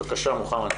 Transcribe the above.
בבקשה מוחמד.